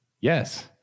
Yes